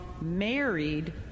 married